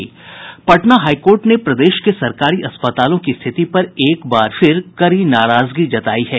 Patna high court ने प्रदेश के सरकारी अस्पतालों की स्थिति पर एक बार फिर कड़ी नराजगी जतायी है